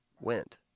went